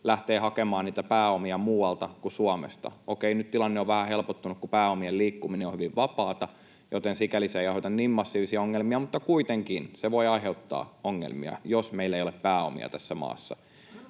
lähtevät hakemaan pääomia muualta kuin Suomesta. Okei, nyt tilanne on vähän helpottunut, kun pääomien liikkuminen on hyvin vapaata, joten sikäli se ei aiheuta niin massiivisia ongelmia, mutta kuitenkin se voi aiheuttaa ongelmia, jos meillä ei ole pääomia tässä maassa.